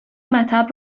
مطب